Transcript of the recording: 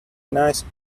nice